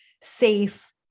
safe